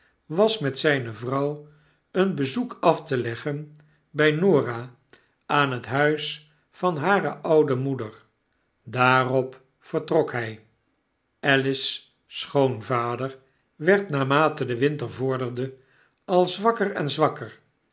was met zgne vrouw een bezoek af te leggenbg norah aan het huis van hare oude moeder daarop vertrok hij alice's schoon vader werd naarmate de winter vorderde al zwakker en zwakker